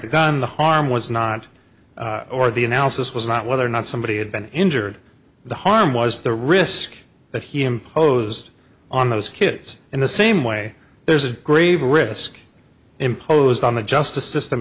the gun the harm was not or the analysis was not whether or not somebody had been injured the harm was the risk that he imposed on those kids in the same way there's a grave risk imposed on the justice system